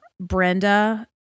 Brenda